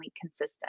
consistent